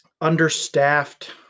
understaffed